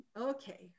Okay